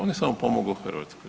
On je samo pomogao Hrvatskoj.